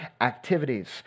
activities